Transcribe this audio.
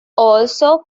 also